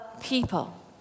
people